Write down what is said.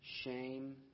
shame